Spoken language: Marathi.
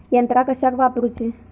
यंत्रा कशाक वापुरूची?